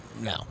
no